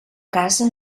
casa